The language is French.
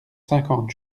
cinquante